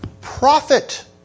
profit